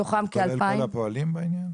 מתוכם כ-2,000 --- כולל כל הפועלים בעניין?